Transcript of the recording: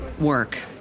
work